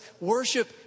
Worship